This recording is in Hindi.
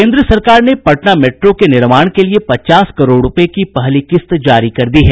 केन्द्र सरकार ने पटना मेट्रो के निर्माण के लिए पचास करोड़ रूपये की पहली किस्त जारी कर दी है